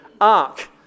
ark